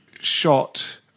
shot